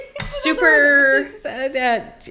Super